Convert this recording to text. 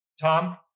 Tom